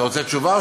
אתה רוצה תשובה,